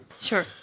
Sure